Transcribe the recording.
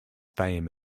fame